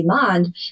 demand